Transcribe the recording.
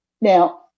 Now